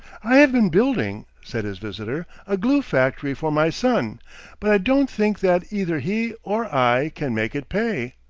i have been building, said his visitor, a glue factory for my son but i don't think that either he or i can make it pay.